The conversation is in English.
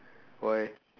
why